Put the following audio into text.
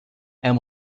and